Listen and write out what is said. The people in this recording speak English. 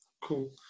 Cool